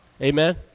Amen